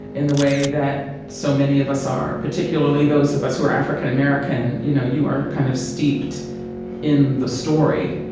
in the way that so many of us are. particularly those of us who are african-american, you know, you are kind of steeped in the story.